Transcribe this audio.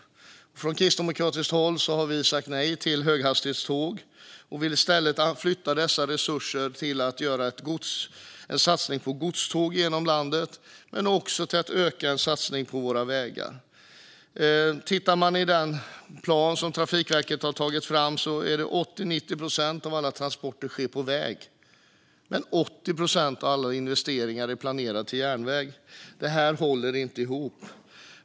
Från kristdemokratiskt håll har vi sagt nej till höghastighetståg. Vi vill i stället flytta dessa resurser för att göra en satsning på godståg genom landet men också för att öka satsningen på våra vägar. Tittar man i den plan som Trafikverket har tagit fram ser man att 80-90 procent av alla transporter sker på väg men att 80 procent av alla investeringar är planerade till järnväg. Det här håller inte ihop.